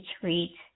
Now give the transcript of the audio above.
treat